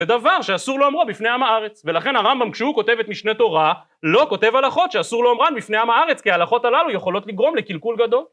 זה דבר שאסור לאומרו בפני עם הארץ, ולכן הרמב״ם כשהוא כותב את משנה תורה לא כותב הלכות שאסור לאומרן בפני עם הארץ, כי ההלכות הללו יכולות לגרום לקלקול גדול